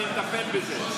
אני מטפל בזה.